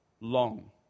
long